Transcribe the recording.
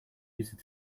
user